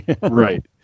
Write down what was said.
Right